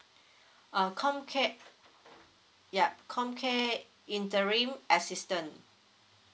ah comcare yup comcare interim assistance